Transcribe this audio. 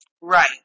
Right